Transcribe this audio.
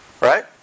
Right